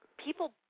People